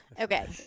okay